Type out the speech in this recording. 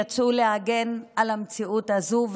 יצאו להגן על המציאות הזו,